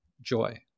joy